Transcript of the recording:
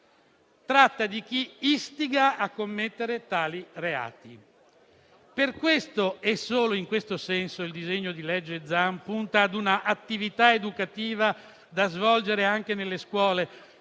ma di chi istiga a commettere tali reati. Per questo, e solo in questo senso, il disegno di legge Zan punta ad una attività educativa da svolgere anche nelle scuole